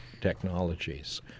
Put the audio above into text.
technologies